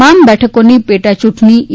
તમામ બેઠકોની પેટાચૂંટમી ઇ